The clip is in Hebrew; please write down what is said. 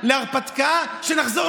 אני חושב שהציבור, שוב,